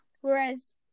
whereas